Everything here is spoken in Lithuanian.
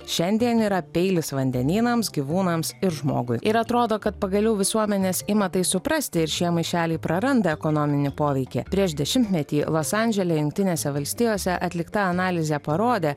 šiandien yra peilis vandenynams gyvūnams ir žmogui ir atrodo kad pagaliau visuomenės ima tai suprasti ir šie maišeliai praranda ekonominį poveikį prieš dešimtmetį los andžele jungtinėse valstijose atlikta analizė parodė